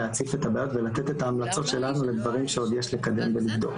להציף את הבעיות ולתת את ההמלצות שלנו לדברים שעוד יש לקדם ולבדוק.